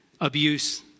abuse